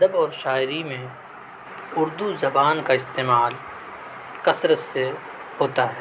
ادب اور شاعری میں اردو زبان کا استعمال کثرت سے ہوتا ہے